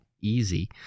easy